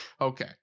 okay